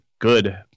good